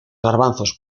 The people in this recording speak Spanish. garbanzos